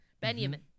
Benjamin